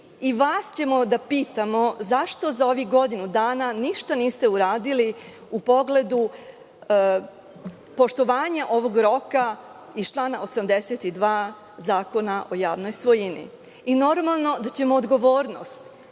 i vas ćemo da pitamo zašto za ovih godinu dana ništa niste uradili u pogledu poštovanja ovog roka iz člana 82. Zakona o javnoj svojini? Normalno je da ćemo odgovornost